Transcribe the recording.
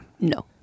No